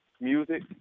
music